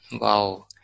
Wow